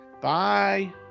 Bye